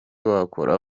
wakora